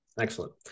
excellent